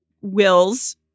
Will's